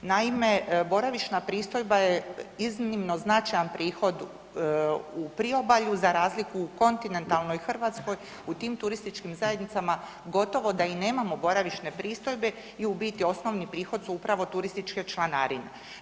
Naime, boravišna pristojba je iznimno značajan prihod u Priobalju za razliku u kontinentalnoj Hrvatskoj u tim turističkim zajednicama gotovo da i nemamo boravišne pristojbe i u biti osnovni prihod su upravo turističke članarine.